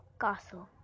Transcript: castle